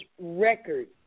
record